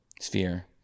sphere